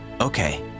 Okay